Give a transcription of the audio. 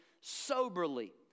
soberly